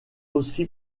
aussi